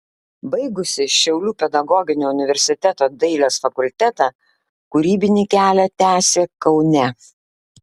baigusi šiaulių pedagoginio universiteto dailės fakultetą kūrybinį kelią tęsė kaune